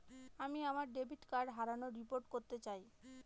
আমি আমার debit card হারানোর রিপোর্ট করতে চাই